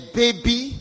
baby